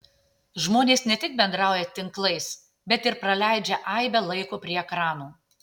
žmonės ne tik bendrauja tinklais bet ir praleidžia aibę laiko prie ekranų